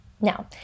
Now